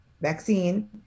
Vaccine